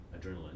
adrenaline